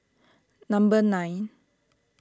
number nine